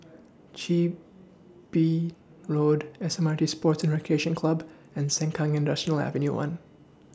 Chin Bee Road S M R T Sports Recreation Club and Sengkang Industrial Avenue one